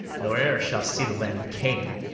nor e'er shall see the land of canaan,